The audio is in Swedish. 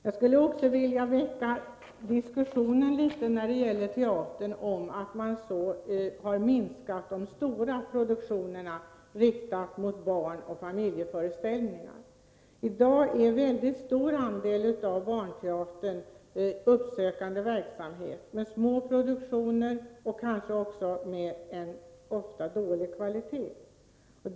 Jag skulle också när det gäller teatern vilja väcka litet diskussion om detta att man har minskat de stora produktionerna, riktade mot barnoch familjeföreställningar. I dag består en stor andel av barnteatern av uppsökande verksamhet med små produktioner — och kanske ofta med dålig kvalitet.